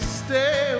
stay